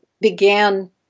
began